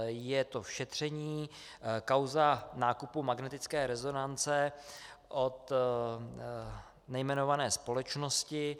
Je to v šetření kauza nákupu magnetické rezonance od nejmenované společnosti.